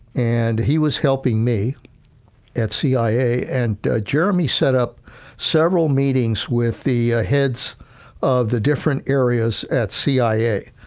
and he was helping me at cia and jeremy set up several meetings with the ah heads of the different areas at cia.